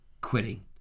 Quitting